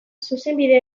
zuzenbide